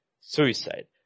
suicide